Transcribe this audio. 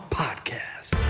podcast